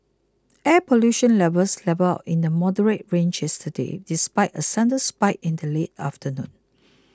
air pollution levels levelled out in the moderate range yesterday despite a sudden spike in the late afternoon